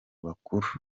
bakuru